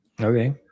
okay